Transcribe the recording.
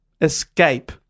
Escape